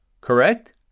correct